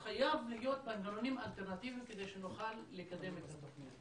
חייבים להיות מנגנונים אלטרנטיביים כדי שנוכל לקדם את התוכנית.